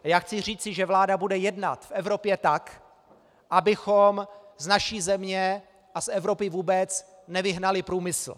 A já chci říci, že vláda bude jednat v Evropě tak, abychom z naší země a z Evropy vůbec nevyhnali průmysl.